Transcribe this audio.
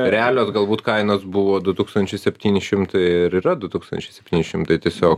realios galbūt kainos buvo du tūkstančiai septyni šimtai ir yra du tūkstančiai septyni šimtai tiesiog